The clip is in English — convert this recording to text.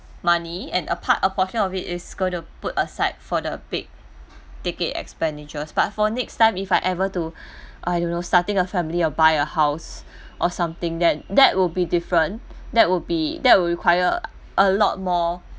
money and a part a portion of it is going to put aside for the big ticket expenditures but for next time if I ever to I don't know starting a family or buy a house or something then that would be different that would be that would require a a lot more